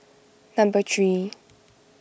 number three